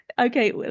Okay